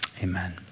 Amen